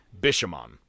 Bishamon